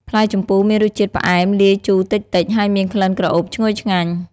ផ្លែជម្ពូមានរសជាតិផ្អែមលាយជូរតិចៗ ហើយមានក្លិនក្រអូបឈ្ងុយឆ្ងាញ់។